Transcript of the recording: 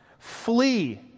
Flee